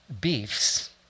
beefs